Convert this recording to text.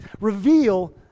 reveal